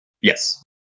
Yes